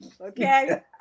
Okay